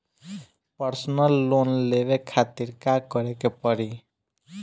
Personal loan लेवे खातिर का करे के पड़ी?